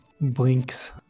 blinks